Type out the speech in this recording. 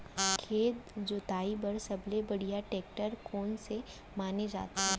खेत जोताई बर सबले बढ़िया टेकटर कोन से माने जाथे?